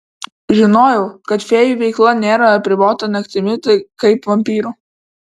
žinojau kad fėjų veikla nėra apribota naktimi kaip vampyrų